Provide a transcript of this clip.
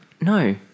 no